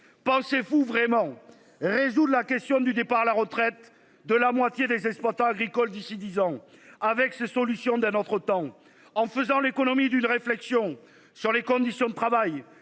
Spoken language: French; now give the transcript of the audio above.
Pensez-vous vraiment résoudre la question du départ à la retraite de la moitié des exploitants agricoles d'ici 10 ans avec ses solutions. D'un autre temps en faisant l'économie d'une réflexion sur les conditions de travail,